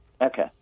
Okay